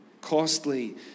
Costly